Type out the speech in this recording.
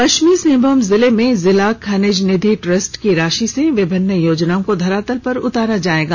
पश्चिमी सिहंभूम जिले में जिला खनिज निधि ट्रस्ट की राशि से विभिन्न योजनाओं को धरातल पर उतारा जाएगा